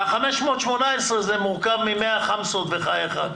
ה-518 מורכבים מ-100 חמסות וח"י אחד.